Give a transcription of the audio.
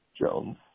Jones